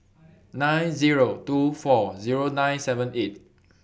nine Zero two four Zero nine seven eight